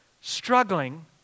struggling